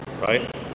Right